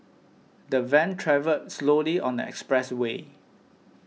the van travelled slowly on the expressway